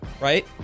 right